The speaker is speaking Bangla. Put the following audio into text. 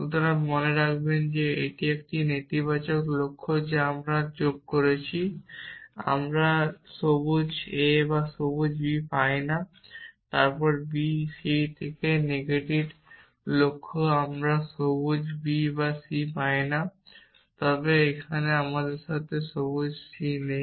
সুতরাং মনে রাখবেন এটি একটি নেতিবাচক লক্ষ্য যা আমরা যোগ করেছি আমরা সবুজ a বা সবুজ b পাই না তারপর b c থেকে এবং নেগেটেড লক্ষ্যটি আমরা সবুজ b বা সবুজ c পাই না তবে এখানে আমাদের পাশে সবুজ c নেই